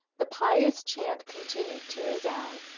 the pious chant continued to resound,